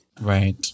Right